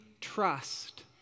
trust